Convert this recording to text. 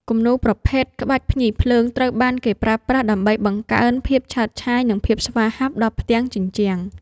គំនូរប្រភេទ ក្បាច់ភ្ញីភ្លើង ត្រូវបានគេប្រើប្រាស់ដើម្បីបង្កើនភាពឆើតឆាយ និងភាពស្វាហាប់ដល់ផ្ទាំងជញ្ជាំង។